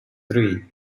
three